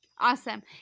Awesome